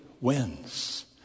wins